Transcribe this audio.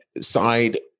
side